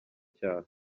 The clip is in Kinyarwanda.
cyaha